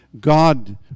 God